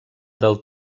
del